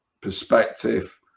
perspective